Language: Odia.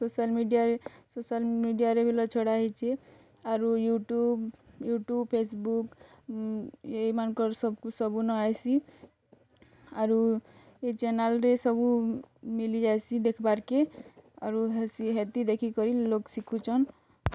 ସୋସିଆଲ୍ ମିଡ଼ିଆରେ ସୋସିଆଲ୍ ମିଡ଼ିଆରେ ବି ଛଡ଼ାହୋଇଛି ଆରୁ ୟୁଟ୍ୟୁବ୍ ୟୁଟ୍ୟୁବ୍ ଫେସ୍ବୁକ୍ ଏଇମାନଙ୍କର ସବୁ ନଆଏସି ଆରୁ ଏ ଚ୍ୟାନେଲ୍ରେ ସବୁ ମିଲିଯାଏସି ଦେଖ୍ବାର୍କେ ଆରୁ ହେସି ହେତି ଦେଖିକରି ଲୋଗ୍ ଶିଖୁଛନ୍